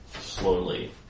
slowly